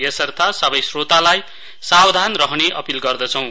यसर्थ सबै श्रोतालाई सावधान रहने अपील गर्दछौं